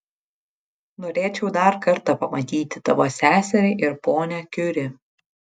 norėčiau dar kartą pamatyti tavo seserį ir ponią kiuri